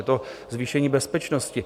Je to zvýšení bezpečnosti.